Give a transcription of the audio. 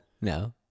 No